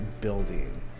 Building